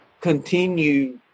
continue